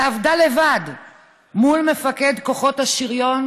שעבדה לבד מול מפקד כוחות השריון